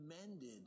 mended